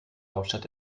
hauptstadt